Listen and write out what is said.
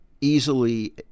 easily